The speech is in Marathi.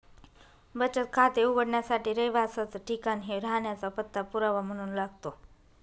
बचत खाते उघडण्यासाठी रहिवासाच ठिकाण हे राहण्याचा पत्ता पुरावा म्हणून लागतो